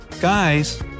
Guys